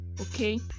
okay